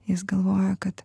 jis galvoja kad